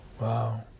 Wow